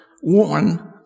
one